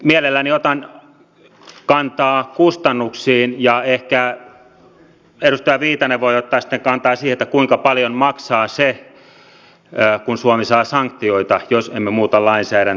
mielelläni otan kantaa kustannuksiin ja ehkä edustaja viitanen voi ottaa sitten kantaa siihen kuinka paljon maksaa se kun suomi saa sanktioita jos emme muuta lainsäädäntöä